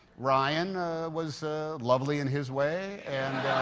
ryan was lovely in his way. and